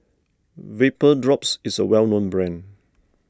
Vapodrops is a well known brand